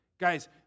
Guys